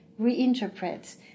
reinterpret